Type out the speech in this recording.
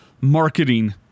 marketing